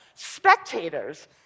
Spectators